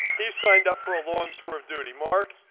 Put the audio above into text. he's signed up for a long tour of duty, marc.